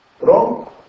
wrong